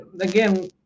again